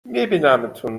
میبینمتون